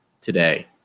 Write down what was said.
today